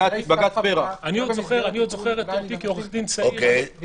אני זוכר את עצמי כעורך דין צעיר ----- זה